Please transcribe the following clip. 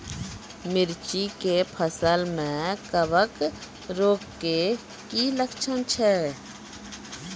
मिर्ची के फसल मे कवक रोग के की लक्छण छै?